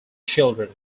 children